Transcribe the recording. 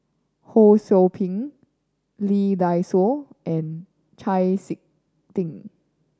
Ho Sou Ping Lee Dai Soh and Chau Sik Ting